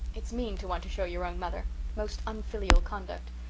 it's mean to want to show your own mother most unfilial conduct!